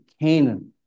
Canaan